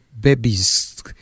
babies